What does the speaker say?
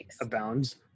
abounds